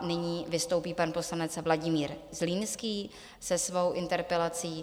Nyní vystoupí pan poslanec Vladimír Zlínský se svou interpelací.